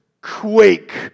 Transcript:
quake